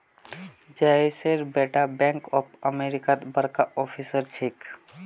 जयेशेर बेटा bank of अमेरिकात बड़का ऑफिसर छेक